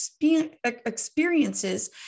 experiences